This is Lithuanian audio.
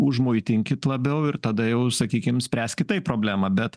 užmuitinkit labiau ir tada jau sakykim spręs kitaip problemą bet